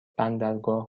بندرگاه